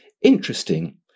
interesting